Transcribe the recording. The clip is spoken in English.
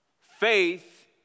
Faith